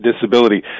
disability